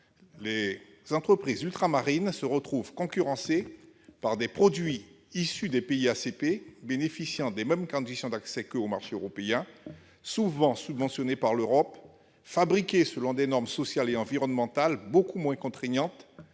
les entreprises ultramarines se retrouvent concurrencées par des produits issus des pays ACP bénéficiant des mêmes conditions d'accès au marché européen, souvent subventionnés par l'Europe, fabriqués selon des normes sociales et environnementales beaucoup moins contraignantes,